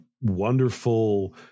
wonderful